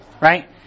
right